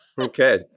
Okay